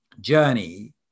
journey